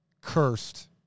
cursed